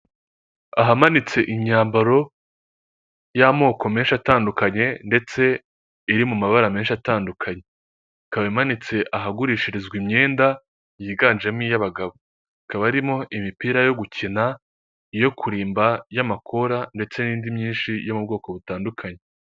Ahamanitse imyambaro y'amoko menshi atandukanye, ndetse iri mu mabara menshi atandukanye, ikaba imanitse ahagurishirizwa imyenda, yiganjemo iy'abagabo, ikaba irimo imipira yo gukina, iyo kurimba y'amakora, ndetse n'indi myinshi yo mu bwoko butandukanye.